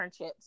internships